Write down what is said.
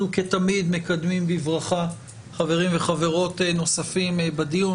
אנחנו כתמיד מקדמים בברכה חברים וחברות נוספים בדיון,